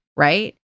Right